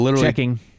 Checking